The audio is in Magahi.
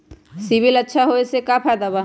सिबिल अच्छा होऐ से का फायदा बा?